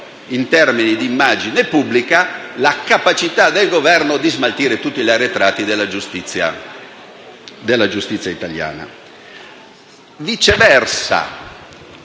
in termini di immagine pubblica la propria capacità di smaltire tutti gli arretrati della giustizia italiana. Viceversa,